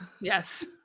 Yes